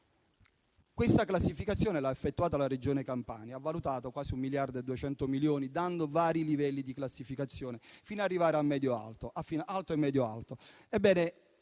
Questa classificazione, effettuata dalla regione Campania, ha valutato quasi 1,2 miliardi, dando vari livelli di classificazione, fino a arrivare ad alto